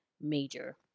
major